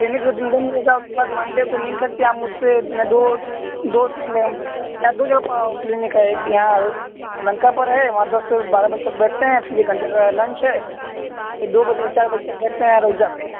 clinic उस दिन बंद रहेगा उसके बाद मंडे को मिल सकती हैं आप मुझसे मैं दो दो मेरा दो जगह पा क्लीनिक है एक यहाँ लंकापुर है वहाँ दस से बारह बजे तक बैठते हैं फिर एक घंटे का लंच है फिर दो बजे से चार बजे तक बैठते हैं यहाँ रहुज़ा पर